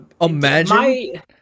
Imagine